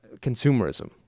consumerism